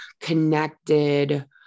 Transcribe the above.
connected